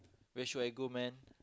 where should I go man